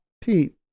Pete